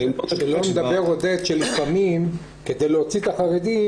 שלא נדבר, עודד, שלפעמים כדי להוציא את החרדים,